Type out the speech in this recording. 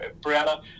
Brianna